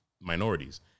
Minorities